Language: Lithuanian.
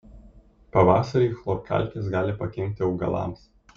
pavasarį chlorkalkės gali pakenkti augalams